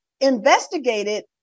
investigated